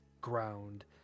ground